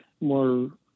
more